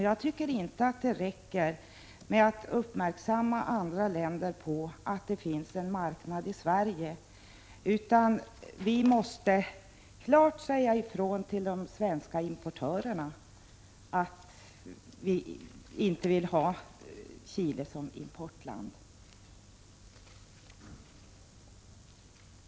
Jag tycker inte det räcker med att göra andra länder uppmärksamma på att det finns en marknad i Sverige, utan vi måste klart säga ifrån till de svenska importörerna att vi inte vill ha Chile som importland.